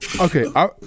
okay